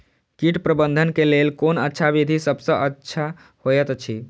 कीट प्रबंधन के लेल कोन अच्छा विधि सबसँ अच्छा होयत अछि?